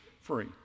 free